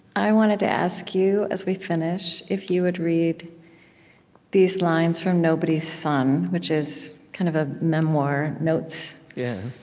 i wanted to ask you, as we finish, if you would read these lines from nobody's son, which is kind of a memoir notes yeah,